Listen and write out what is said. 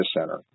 center